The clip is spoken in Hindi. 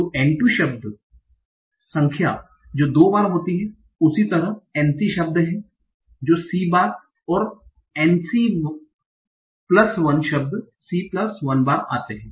तो N 2 संख्या जो दो बार होती है उसी प्रकार अब N c शब्द हैं जो c बार और N c 1 शब्द c 1 बार आते है